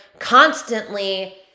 constantly